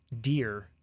deer